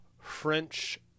French